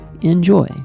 enjoy